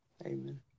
Amen